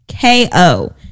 KO